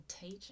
teach